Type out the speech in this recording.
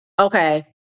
okay